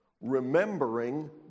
remembering